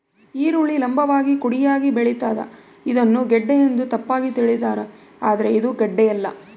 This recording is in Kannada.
ಈರುಳ್ಳಿ ಲಂಭವಾಗಿ ಕುಡಿಯಾಗಿ ಬೆಳಿತಾದ ಇದನ್ನ ಗೆಡ್ಡೆ ಎಂದು ತಪ್ಪಾಗಿ ತಿಳಿದಾರ ಆದ್ರೆ ಇದು ಗಡ್ಡೆಯಲ್ಲ